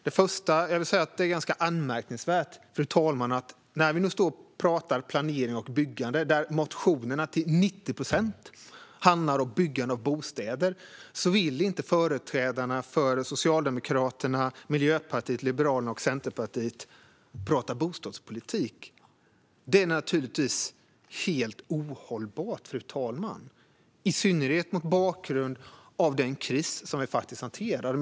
Det är ganska anmärkningsvärt att när vi nu talar om planering och byggande, där motionerna till 90 procent handlar om byggande av bostäder, vill företrädarna för Socialdemokraterna, Miljöpartiet, Liberalerna och Centerpartiet prata bostadspolitik. Det är naturligtvis helt ohållbart, i synnerhet mot bakgrund av den kris som vi faktiskt hanterar.